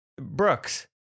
Brooks